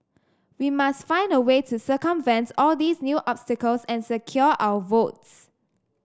we must find a way to circumvent all these new obstacles and secure our votes